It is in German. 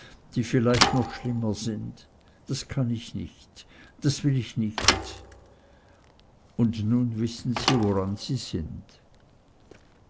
die vielleicht noch schlimmer sind das kann ich nicht das will ich nicht und nun wissen sie woran sie sind